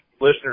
listeners